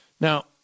Now